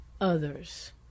others